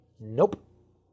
Nope